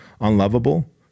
unlovable